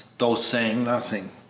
though saying nothing.